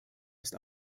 ist